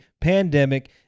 pandemic